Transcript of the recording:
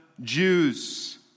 Jews